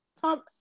Tom